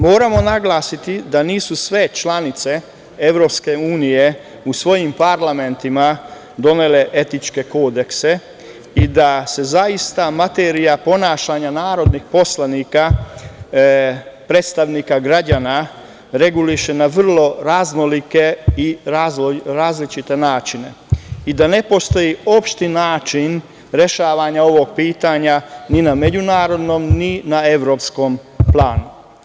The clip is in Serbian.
Moramo naglasiti da nisu sve članice EU u svojim parlamentima donele etičke kodekse i da se zaista materija ponašanja narodnih poslanika, predstavnika građana reguliše na vrlo raznolike i različite načine i da ne postoji opšti način rešavanja ovog pitanja ni na međunarodnom, ni na evropskom planu.